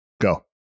Go